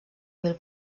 mil